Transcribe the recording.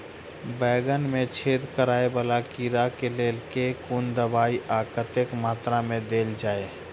बैंगन मे छेद कराए वला कीड़ा केँ लेल केँ कुन दवाई आ कतेक मात्रा मे देल जाए?